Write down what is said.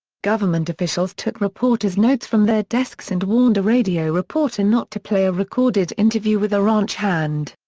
government officials took reporters' notes from their desks and warned a radio reporter not to play a recorded interview with the ranch hand.